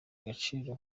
agaciro